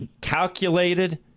calculated